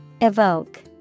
Evoke